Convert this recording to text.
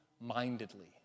mindedly